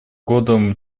годом